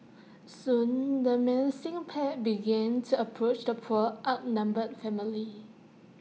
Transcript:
soon the menacing pack began to approach the poor outnumbered family